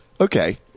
Okay